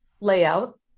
layout